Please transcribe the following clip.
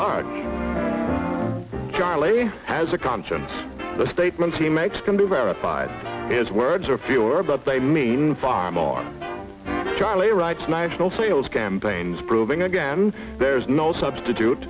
large charlie has a conscience the statements he makes can be verified his words are fewer but they mean farmar charlie wright's national sales campaigns proving again there's no substitute